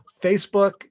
Facebook